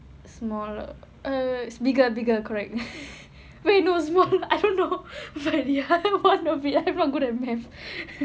smaller uh bigger bigger correct wait no smaller I don't know but the other one will be I'm not good at mathematics